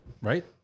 Right